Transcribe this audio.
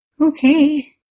Okay